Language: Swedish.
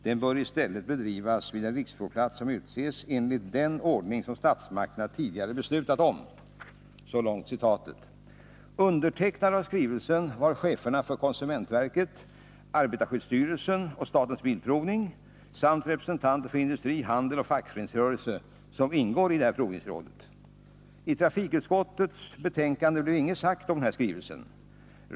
Den bör i stället bedrivas vid en riksprovplats som utses enligt den ordning som statsmakterna tidigare beslutat om.” Undertecknare av skrivelsen var cheferna för konsumentverket, arbetarskyddsstyrelsen och statens bilprovning samt representanter för industri, handel och fackföreningsrörelse som ingår i provningsrådet. I trafikutskottets betänkande blev inget sagt om denna skrivelse.